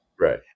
Right